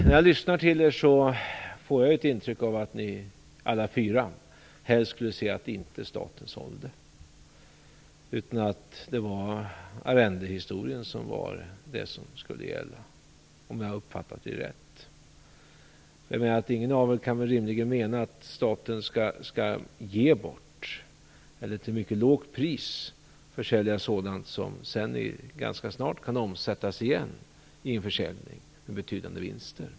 När jag lyssnar till er får jag ett intryck av ni alla fyra helst skulle se att staten inte sålde, utan att det är arrende som skall gälla, om jag har uppfattat er rätt. Ingen av er kan väl rimligen mena att staten skall ge bort eller till mycket lågt pris försälja sådant som sedan ganska snart kan omsättas igen vid försäljning med betydande vinster?